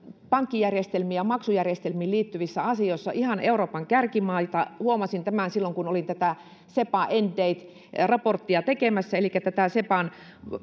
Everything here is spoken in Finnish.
pankkijärjestelmiin ja maksujärjestelmiin liittyvissä asioissa ihan euroopan kärkimaita huomasin silloin kun olin vetämässä tätä sepa end date raporttia elikkä sepan